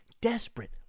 desperate